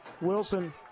Wilson